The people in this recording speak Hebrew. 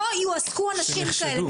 לא יועסקו אנשים כאלה,